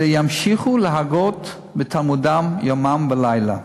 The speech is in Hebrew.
אלא ימשיכו להגות בתלמודם יומם ולילה.